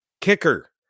Kicker